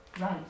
Right